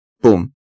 boom